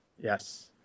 Yes